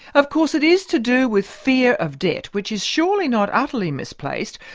of course it is to do with fear of debt, which is surely not utterly misplaced.